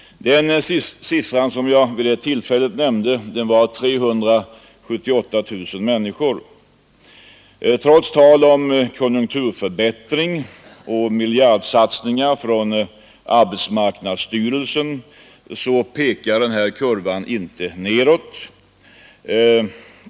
Den siffra som jag vid det tillfället nämnde var 378 000. Trots tal om konjunkturförbättring och miljardsatsningar från arbetsmarknadsstyrelsen pekar kurvan inte nedåt.